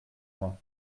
moi